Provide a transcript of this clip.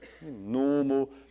normal